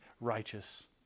righteous